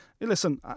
Listen